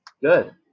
Good